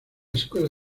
escuela